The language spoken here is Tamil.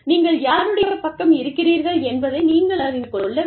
நீங்கள் யாருடைய பக்கம் இருக்கிறீர்கள் என்பதை நீங்கள் அறிந்து கொள்ள வேண்டும்